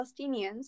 Palestinians